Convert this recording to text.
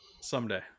someday